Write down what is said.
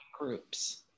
groups